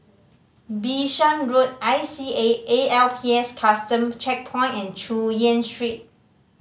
Bishan Road I C A A L P S Custom Checkpoint and Chu Yen Street